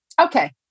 Okay